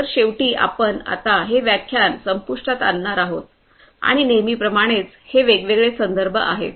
तर शेवटी आपण आता हे व्याख्यान संपुष्टात आणणार आहोत आणि नेहमीप्रमाणेच हे वेगवेगळे संदर्भ आहेत